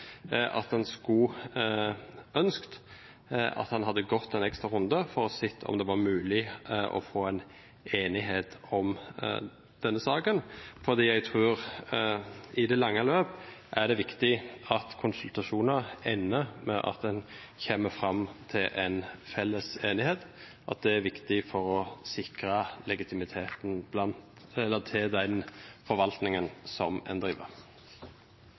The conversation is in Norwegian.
at en hadde gått en ekstra runde for å ha sett om det var mulig å få en enighet om denne saken, fordi jeg tror at det i det lange løp er viktig at konsultasjoner ender med at en kommer fram til en felles enighet, at det er viktig for å sikre legitimiteten til den forvaltningen en driver.